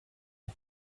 mai